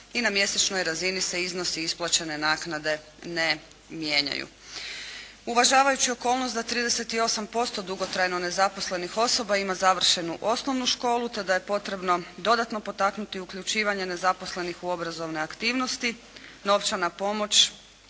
i na mjesečnoj razini se iznosi isplaćene naknade ne mijenjaju. Uvažavajući okolnost da 38% dugotrajno nezaposlenih osoba ima završenu osnovnu školu te da je potrebno dodatno potaknuti uključivanje nezaposlenih u obrazovne aktivnosti, novčana pomoć